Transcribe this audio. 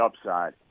upside